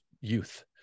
youth